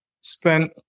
spent